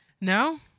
No